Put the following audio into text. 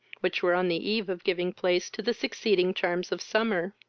which were on the eve of giving place to the succeeding charms of summer.